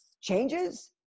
Changes